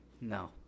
No